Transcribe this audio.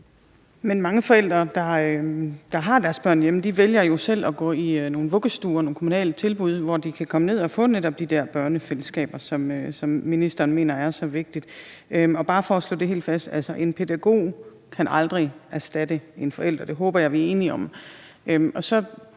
Mange forældre, der har deres børn hjemme, vælger jo selv at gå i nogle vuggestuer eller i nogle kommunale tilbud, hvor de kan komme ned og få netop de dér børnefællesskaber, som ministeren mener er så vigtige. Og bare for at slå det helt fast: En pædagog kan aldrig erstatte en forælder. Det håber jeg at vi er enige om.